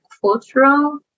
cultural